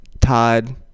Todd